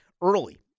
early